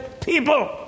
people